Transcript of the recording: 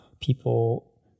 people